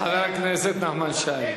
חבר הכנסת נחמן שי.